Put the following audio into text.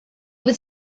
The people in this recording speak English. was